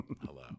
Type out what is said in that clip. Hello